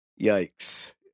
Yikes